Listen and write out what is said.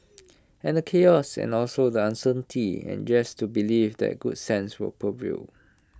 and the chaos and also the uncertainty and just to believe that good sense will prevail